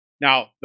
now